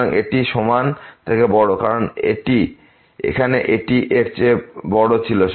সুতরাং এটি সমান থেকে বড় কারণ এখানে এটি এর চেয়ে বড় ছিল